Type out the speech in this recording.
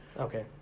Okay